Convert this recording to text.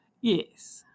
Yes